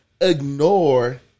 ignore